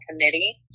Committee